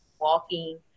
walking